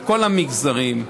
מכל המגזרים,